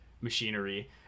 machinery